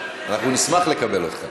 אנחנו נשמח לקבל אותך.